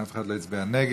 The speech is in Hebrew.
אף אחד לא הצביע נגד.